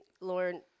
Lauren